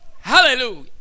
Hallelujah